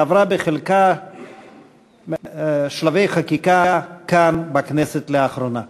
שעברה בחלקה שלבי חקיקה כאן בכנסת לאחרונה.